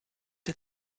der